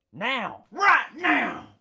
now. right now!